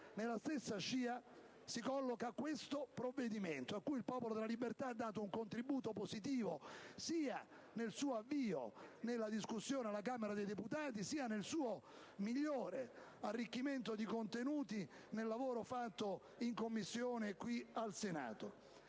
Nella stessa scia si colloca questo provvedimento a cui il Popolo della Libertà ha dato un contribuito positivo sia nel suo avvio nella discussione alla Camera dei deputati, sia nel suo migliore arricchimento di contenuti nel lavoro fatto in Commissione qui al Senato.